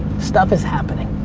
stuff is happening.